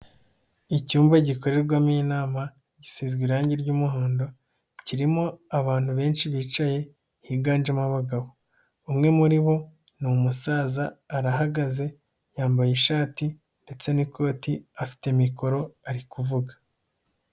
Icyumba gikorerwamo inama gisizwe irangi ry'umuhondo, kirimo abantu benshi bicaye higanjemo abagabo, umwe muri bo ni umusaza arahagaze, yambaye ishati ndetse n'ikoti afite mikoro ari kuvuga.